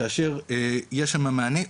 יש שם מענה פרונטלי: